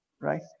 right